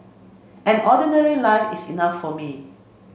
an ordinary life is enough for me